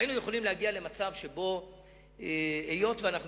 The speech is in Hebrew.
היינו יכולים להגיע למצב שבו היות שאנחנו